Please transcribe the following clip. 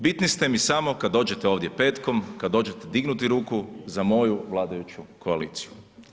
Bitni ste mi samo kad dođete ovdje petkom, kad dođete dignuti ruku za moju vladajuću koaliciju.